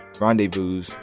Rendezvous